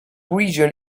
region